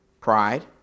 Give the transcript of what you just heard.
Pride